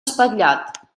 espatllat